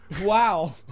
wow